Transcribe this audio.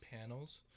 panels